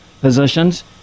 positions